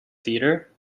theater